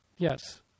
Yes